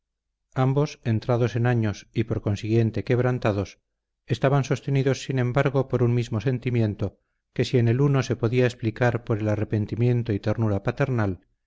ambos entrados en años y por consiguiente quebrantados estaban sostenidos sin embargo por un mismo sentimiento que si en el uno se podía explicar por el arrepentimiento y ternura paternal